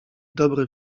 dobre